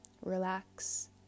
Relax